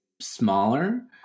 smaller